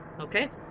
Okay